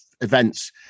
events